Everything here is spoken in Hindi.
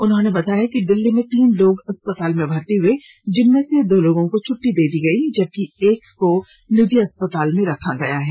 उन्होंने बताया कि दिल्ली में तीन लोग अस्पताल में भर्ती हुए जिनमें से दो लोगों को छुट्टी दे दी गई जबकि एक को निजी अस्पताल में रखा गया है